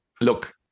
Look